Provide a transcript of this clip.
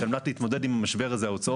שעל מנת להתמודד עם המשבר הזה ההוצאות